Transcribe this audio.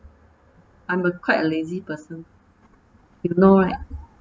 I'm a quite a lazy person you know right